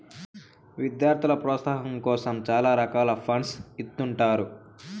విద్యార్థుల ప్రోత్సాహాం కోసం చాలా రకాల ఫండ్స్ ఇత్తుంటారు